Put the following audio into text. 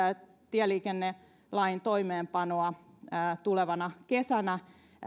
tieliikennelain toimeenpanoa tulevana kesänä